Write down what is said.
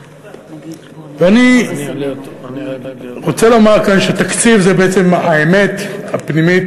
אני רוצה לומר כאן שתקציב זה בעצם האמת הפנימית,